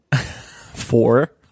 four